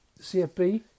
CFB